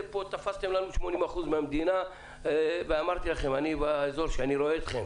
תפסתם לנו 80 אחוזים מהמדינה ואמרתי לכם שאני באזור בו רואים אתכם.